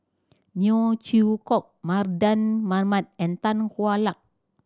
Neo Chwee Kok Mardan Mamat and Tan Hwa Luck